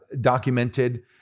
documented